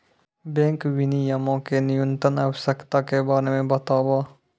bank विनियमो के न्यूनतम आवश्यकता के बारे मे बताबो